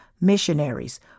missionaries